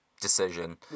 decision